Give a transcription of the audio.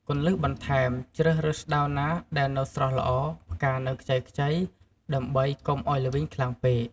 គន្លឹះបន្ថែមជ្រើសរើសស្តៅណាដែលនៅស្រស់ល្អ ផ្កានៅខ្ចីៗដើម្បីកុំឲ្យល្វីងខ្លាំងពេក។